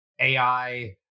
AI